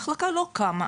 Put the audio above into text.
המחלקה לא קמה.